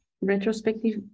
retrospective